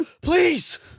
Please